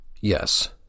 Yes